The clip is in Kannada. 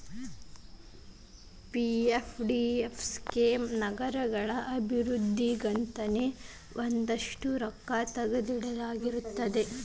ಪಿ.ಎಫ್.ಡಿ.ಎಫ್ ಸ್ಕೇಮ್ ನಗರಗಳ ಅಭಿವೃದ್ಧಿಗಂತನೇ ಒಂದಷ್ಟ್ ರೊಕ್ಕಾ ತೆಗದಿಟ್ಟಿರ್ತಾರ